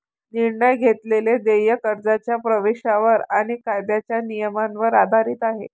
निर्णय घेतलेले देय कर्जाच्या प्रवेशावर आणि कायद्याच्या नियमांवर आधारित आहे